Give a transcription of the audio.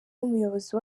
n’umuyobozi